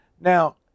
Now